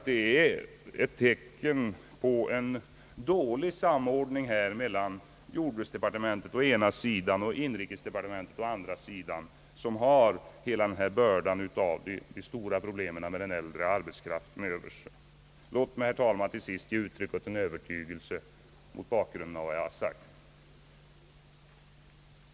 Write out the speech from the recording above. Det är ett tecken på en dålig samordning mellan jordbruksdepartementet å ena sidan och inrikesdepartementet å andra sidan, som har hela denna börda med den äldre arbetskraften över sig. Låt mig till sist, herr talman, ge uttryck åt en övertygelse mot bakgrunden av vad jag har sagt.